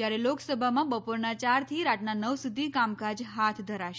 જ્યારે લોકસભામાં બપોરનાં ચારથી રાતનાં નવ સુધી કામકાજ હાથ ધરાશે